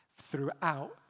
throughout